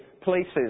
places